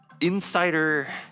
insider